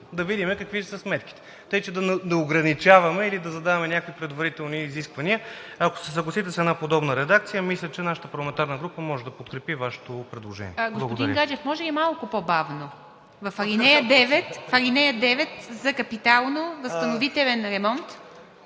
да видим какви ще са сметките, така че да ограничаваме или да задаваме някакви предварителни изисквания. Ако се съгласите с една подобна редакция, мисля, че нашата парламентарна група може да подкрепи Вашето предложение. ПРЕДСЕДАТЕЛ ИВА МИТЕВА: Господин Гаджев, може ли малко по-бавно: в ал. 9 за капитално възстановителен ремонт.